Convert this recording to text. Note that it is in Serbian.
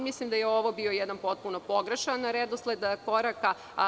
Mislim da je ovo jedan potpuno pogrešan redosled koraka.